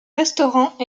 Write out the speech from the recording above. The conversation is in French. restaurant